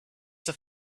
have